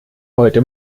heute